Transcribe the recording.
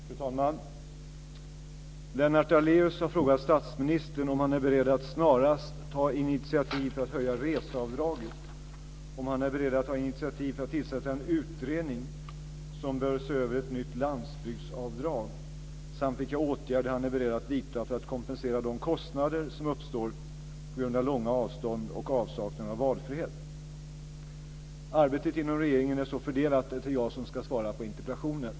Fru talman! Lennart Daléus har frågat statsministern om han är beredd att snarast ta initiativ för att höja reseavdraget, om han är beredd att ta initiativ för att tillsätta en utredning som bör se över ett nytt landsbygdsavdrag samt vilka åtgärder han är beredd att vidta för att kompensera de kostnader som uppstår på grund av långa avstånd och avsaknad av valfrihet. Arbetet inom regeringen är så fördelat att det är jag som ska svara på interpellationen.